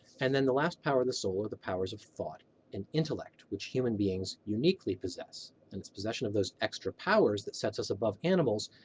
and then the last powers of the soul are the powers of thought and intellect, which human beings uniquely possess. and it's possession of those extra powers that sets us above animals,